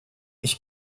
ich